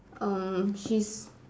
err she's